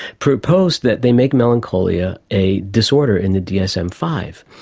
proposed that they make melancholia a disorder in the dsm five.